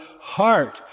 heart